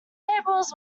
tables